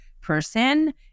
person